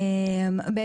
כן.